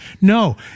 No